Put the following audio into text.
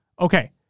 Okay